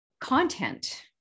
content